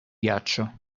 ghiaccio